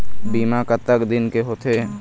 बीमा कतक दिन के होते?